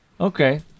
Okay